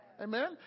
Amen